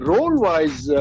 Role-wise